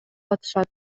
атышат